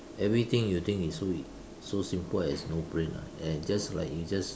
everything you think is so ea~ so simple as no brain ah eh just like you just